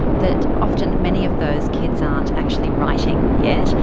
that often many of those kids aren't actually writing yet,